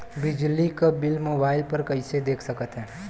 बिजली क bill mobile पर कईसे देख सकत हई?